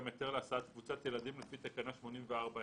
גם היתר להסעת קבוצת ילדים לפי תקנה 84(ה)